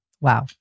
Wow